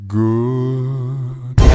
good